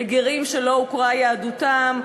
לגרים שלא הוכרה יהדותם,